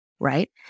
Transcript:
right